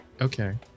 Okay